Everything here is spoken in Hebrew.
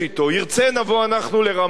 ירצה, נבוא אנחנו לרמאללה.